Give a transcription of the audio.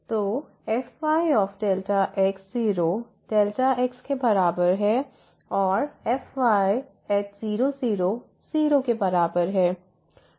तो fy Δx 0Δx और fy0 00